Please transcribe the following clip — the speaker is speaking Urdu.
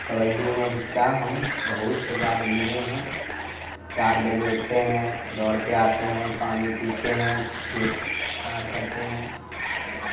کبڈی میں حصہ ہم بہت بار لیے ہیں چار بجے اٹھتے ہیں دوڑ کے آتے ہیں پانی پیتے ہیں پھر اسنان کرتے ہیں